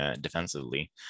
defensively